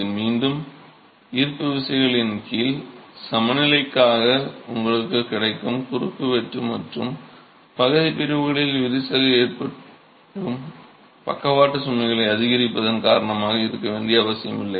இது மீண்டும் ஈர்ப்பு விசைகளின் கீழ் சமநிலைக்காக உங்களுக்குக் கிடைக்கும் குறுக்குவெட்டு மற்றும் பகுதிப் பிரிவுகளில் விரிசல் ஏற்படும் பக்கவாட்டு சுமைகளை அதிகரிப்பதன் காரணமாக இருக்க வேண்டிய அவசியமில்லை